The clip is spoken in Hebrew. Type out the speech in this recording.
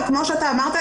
וכמו שאתה אמרת,